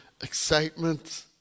excitement